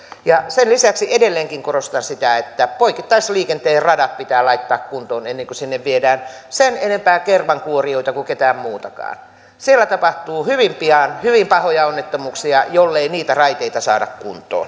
sen lisäksi edelleenkin korostan sitä että poikittaisliikenteen radat pitää laittaa kuntoon ennen kuin sinne viedään sen enempää kermankuorijoita kuin ketään muutakaan siellä tapahtuu hyvin pian hyvin pahoja onnettomuuksia jollei niitä raiteita saada kuntoon